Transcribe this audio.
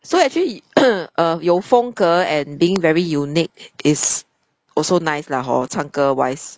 so actually 有风格 and being very unique is also nice lah hor 唱歌 wise